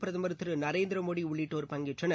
பிரதமர் திரு நரேந்திர மோடி உள்ளிட்டோர் பங்கேற்றனர்